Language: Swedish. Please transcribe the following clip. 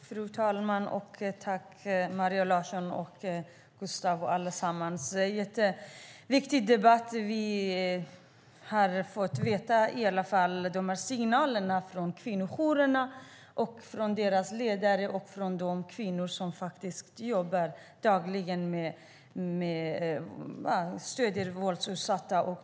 Fru talman! Tack Maria Larsson, Gustav Fridolin och allesammans! Det är en jätteviktig debatt. Vi har fått de här signalerna från kvinnojourerna, från deras ledning och från de kvinnor som dagligen jobbar med att stödja våldsutsatta.